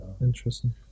Interesting